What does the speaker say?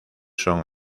son